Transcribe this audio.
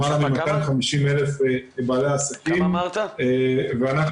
למעלה מ-250,000 בעלי עסקים ואנחנו